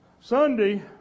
Sunday